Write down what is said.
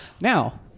Now